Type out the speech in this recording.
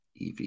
ev